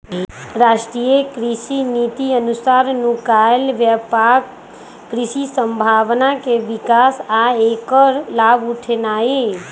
राष्ट्रीय कृषि नीति अनुसार नुकायल व्यापक कृषि संभावना के विकास आ ऐकर लाभ उठेनाई